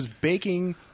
baking